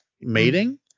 mating